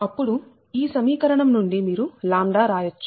అప్పుడు ఈ సమీకరణం నుండి మీరు 𝜆 రాయచ్చు